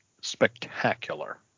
spectacular